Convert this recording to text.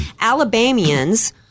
Alabamians